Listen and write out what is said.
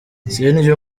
sindya